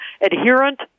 adherent